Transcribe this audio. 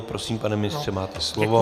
Prosím, pane ministře, máte slovo.